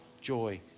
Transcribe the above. joy